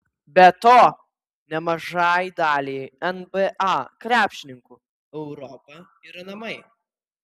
be to nemažai daliai nba krepšininkų europa yra namai